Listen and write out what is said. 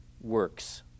works